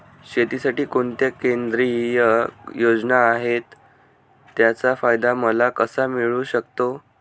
शेतीसाठी कोणत्या केंद्रिय योजना आहेत, त्याचा फायदा मला कसा मिळू शकतो?